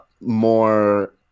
more